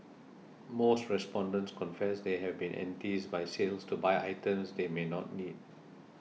most respondents confess they have been enticed by sales to buy items they may not need